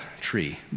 tree